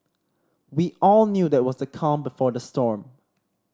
we all knew that it was the calm before the storm